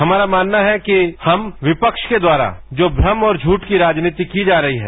हमारा मानना है कि हम विपक्ष के द्वारा जो भ्रम और झूठ की राजनीति की जा रही है